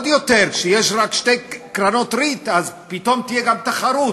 לי, אני במקצוע שלי כלכלן, ואני חוזר למקורות.